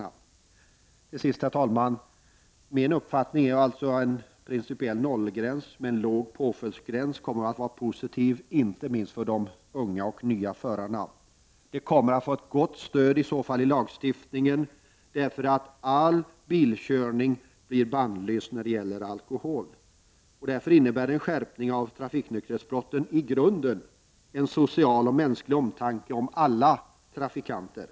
Till sist, herr talman, vill jag säga att min uppfattning är den att en principiell nollgräns med en låg påföljdsgräns kommer att vara positiv inte minst för de unga och nya förarna. De kommer att få ett gott stöd i lagstiftningen, eftersom all alkohol i samband med bilkörning där kommer att bannlysas helt. En skärpning av trafiknykterhetslagstiftningen innebär i grunden en social och mänsklig omtanke om alla trafikanter.